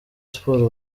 sports